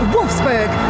Wolfsburg